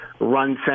run